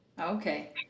Okay